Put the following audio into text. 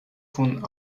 von